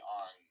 on